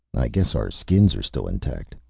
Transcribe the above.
i guess our skins are still intact,